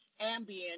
Ambien